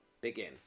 begin